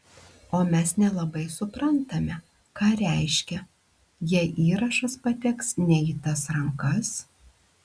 o mes nelabai suprantame ką reiškia jei įrašas pateks ne į tas rankas